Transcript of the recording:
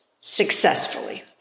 successfully